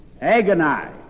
Agonize